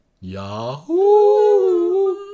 Yahoo